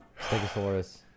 Stegosaurus